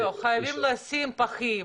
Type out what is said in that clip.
לא, חייבים לשים פחים,